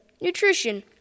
nutrition